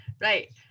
Right